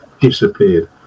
disappeared